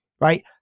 right